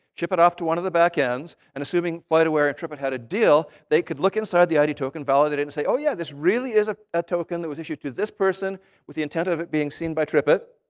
ship it off to one of the back-ends. and assuming flightaware and tripit had a deal, they could look inside the id token, validate it, and say, oh yeah, this really is a ah token that was issued to this person with the intent of it being seen by tripit.